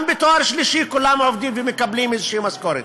גם בתואר שלישי כולם עובדים ומקבלים איזו משכורת,